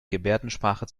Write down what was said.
gebärdensprache